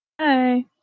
Hi